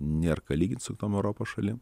nėr ką lygint su kitom europos šalim